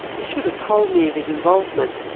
he should have told me of his involvement.